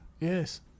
Yes